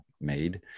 made